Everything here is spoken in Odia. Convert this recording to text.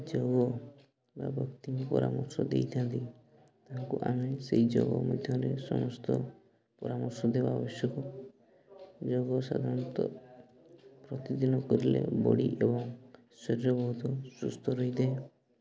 ଯୋଗ ବା ବ୍ୟକ୍ତି ପରାମର୍ଶ ଦେଇଥାନ୍ତି ତାଙ୍କୁ ଆମେ ସେଇ ଯୋଗ ମଧ୍ୟରେ ସମସ୍ତ ପରାମର୍ଶ ଦେବା ଆବଶ୍ୟକ ଯୋଗ ସାଧାରଣତଃ ପ୍ରତିଦିନ କରିଲେ ବଡ଼ି ଏବଂ ଶରୀର ବହୁତ ସୁସ୍ଥ ରହିଥାଏ